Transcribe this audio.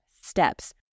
steps